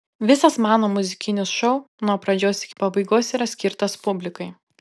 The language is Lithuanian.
visas mano muzikinis šou nuo pradžios iki pabaigos yra skirtas publikai